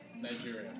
Nigeria